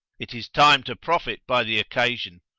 it is time to profit by the occasion.